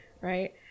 right